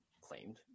claimed